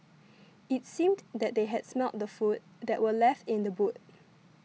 it seemed that they had smelt the food that were left in the boot